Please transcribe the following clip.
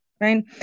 right